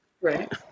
Right